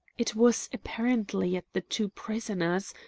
it was apparently at the two prisoners,